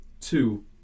two